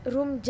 Room